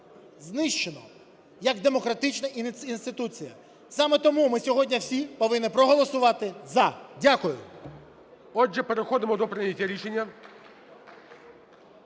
знищено як демократична інституція. Саме тому ми сьогодні всі повинні проголосувати "за". Дякую. ГОЛОВУЮЧИЙ. Отже, переходимо до прийняття рішення.